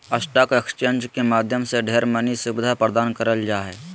stock exchange के माध्यम से ढेर मनी सुविधा प्रदान करल जा हय